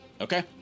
Okay